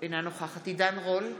אינה נוכחת עידן רול,